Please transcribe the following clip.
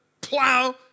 plow